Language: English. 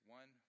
one